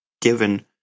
given